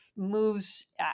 moves